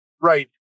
right